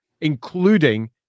including